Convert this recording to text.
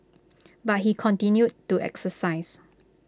but he continued to exercise